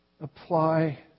apply